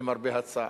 למרבה הצער.